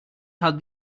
had